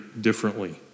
differently